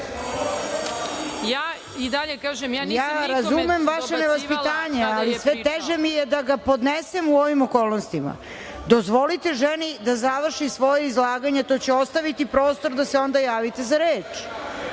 a i njemu koji će umeti u vaše ime. Ja razumem vaše nevaspitanje, ali sve teže mi je da ga podnesem u ovim okolnostima. Dozvolite ženi da završi svoje izlaganje. To će ostaviti prostor da se onda javite za